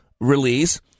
release